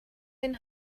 den